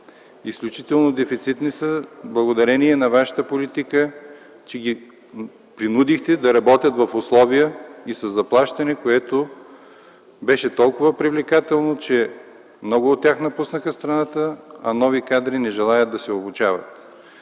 Изключително дефицитни са благодарение на вашата политика, че ги принудихте да работят в условия и със заплащане, което беше толкова привлекателно, че много от тях напуснаха страната, а нови кадри не желаят да се обучават.